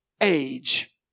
age